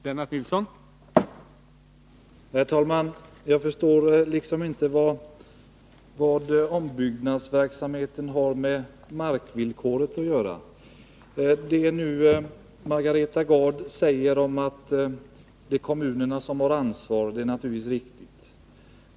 Herr talman! Jag förstår inte vad ombyggnadsverksamheten har med markvillkoret att göra. Det Margareta Gard nu säger, att det är kommunerna som har ansvaret, är naturligtvis riktigt.